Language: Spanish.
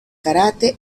karate